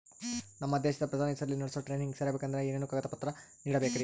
ನಮ್ಮ ದೇಶದ ಪ್ರಧಾನಿ ಹೆಸರಲ್ಲಿ ನಡೆಸೋ ಟ್ರೈನಿಂಗ್ ಸೇರಬೇಕಂದರೆ ಏನೇನು ಕಾಗದ ಪತ್ರ ನೇಡಬೇಕ್ರಿ?